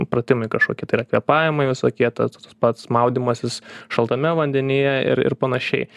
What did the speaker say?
pratimai kažkokie tai yra kvėpavimai visokie tas pats maudymasis šaltame vandenyje ir ir panašiai